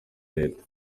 leta